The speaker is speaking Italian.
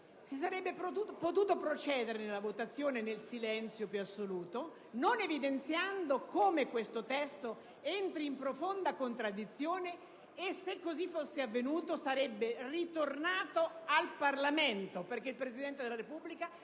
si sarebbe potuto procedere nella votazione nel silenzio più assoluto, non evidenziando come questo testo entri in profonda contraddizione. Se così fosse avvenuto, il provvedimento sarebbe tornato all'esame del Parlamento perché il Presidente della Repubblica